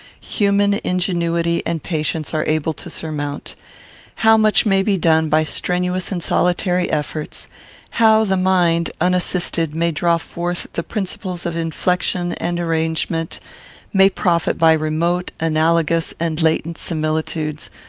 human ingenuity and patience are able to surmount how much may be done by strenuous and solitary efforts how the mind, unassisted, may draw forth the principles of inflection and arrangement may profit by remote, analogous, and latent similitudes,